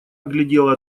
оглядела